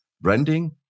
Branding